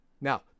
Now